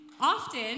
often